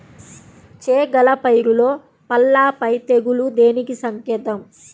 చేగల పైరులో పల్లాపై తెగులు దేనికి సంకేతం?